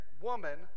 woman